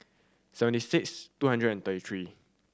seventy six two hundred and thirty three